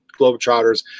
Globetrotters